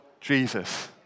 Jesus